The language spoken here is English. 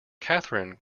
catherine